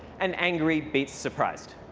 and angry beats surprised.